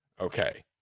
Okay